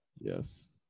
Yes